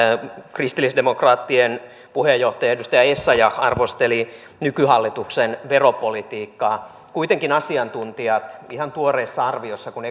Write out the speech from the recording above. kristillisdemokraattien puheenjohtaja edustaja essayah arvosteli nykyhallituksen veropolitiikkaa kuitenkin asiantuntijat ihan tuoreessa arviossa kun